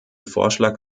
vorschlag